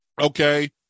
Okay